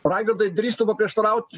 raigardai drįstu paprieštaraut